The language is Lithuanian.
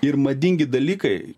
ir madingi dalykai